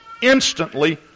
instantly